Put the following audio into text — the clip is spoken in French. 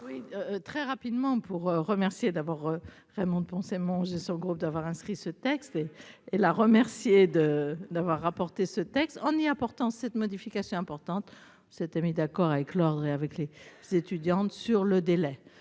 Oui, très rapidement, pour remercier d'abord Raymonde Poncet mon sur le groupe d'avoir inscrit ce texte et la remercier de d'avoir rapporté ce texte en y apportant cette modification importante s'étaient mis d'accord avec l'ordre et avec les étudiantes sur le délai,